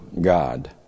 God